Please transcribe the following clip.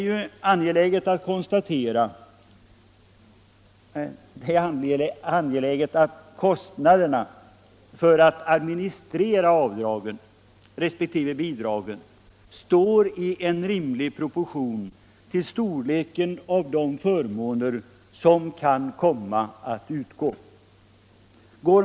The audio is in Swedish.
Det är angeläget att kostnaderna för att administrera avdragen resp. bidragen står i rimlig proportion till storleken av de förmåner som kan komma att utgå.